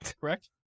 correct